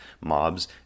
mobs